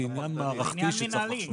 זה עניין מערכתי שצריך לחשוב עליו.